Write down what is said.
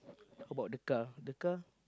how about the car the car